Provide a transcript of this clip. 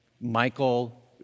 Michael